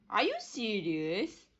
are you serious